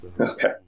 Okay